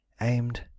aimed